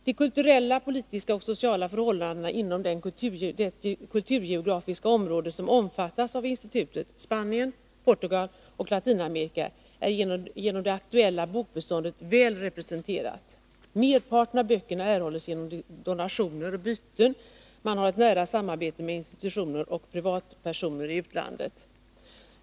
De kulturella, politiska och sociala förhållandena inom det kulturgeografiska område som omfattas av institutet — Spanien, Portugal och Latinamerika — är genom det aktuella bokbeståndet väl representerade. Merparten av böckerna erhålls genom donationer och byten. Man har ett nära samarbete med institutioner och privatpersoner i utlandet.